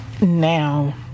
now